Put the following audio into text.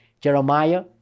Jeremiah